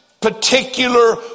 particular